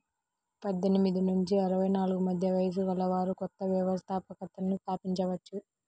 పద్దెనిమిది నుంచి అరవై నాలుగు మధ్య వయస్సు గలవారు కొత్త వ్యవస్థాపకతను స్థాపించవచ్చు